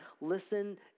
Listen